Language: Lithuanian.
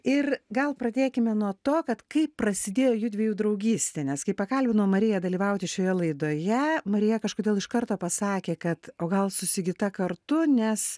ir gal pradėkime nuo to kad kaip prasidėjo jųdviejų draugystė nes kai pakalbinau mariją dalyvauti šioje laidoje marija kažkodėl iš karto pasakė kad o gal su sigita kartu nes